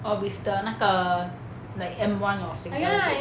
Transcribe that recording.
orh with the 那个 like M one or Singtel is it